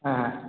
হ্যাঁ